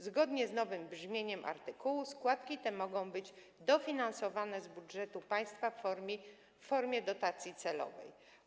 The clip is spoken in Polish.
Zgodnie z nowym brzmieniem artykułu składki te mogą być dofinansowane z budżetu państwa w formie dotacji celowej.